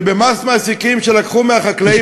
שבמס מעסיקים שלקחו מהחקלאים,